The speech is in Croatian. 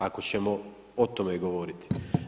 Ako ćemo o tome govoriti.